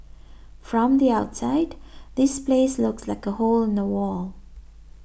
from the outside this place looks like a hole in the wall